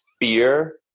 fear